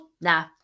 nah